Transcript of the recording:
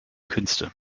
künste